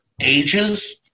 ages